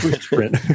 sprint